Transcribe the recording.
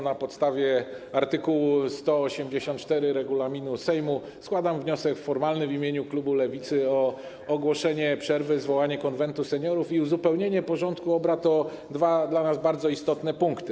Na podstawie art. 184 regulaminu Sejmu składam wniosek formalny w imieniu klubu Lewicy o ogłoszenie przerwy, zwołanie Konwentu Seniorów i uzupełnienie porządku obrad o dwa dla nas bardzo istotne punkty.